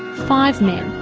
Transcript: five men,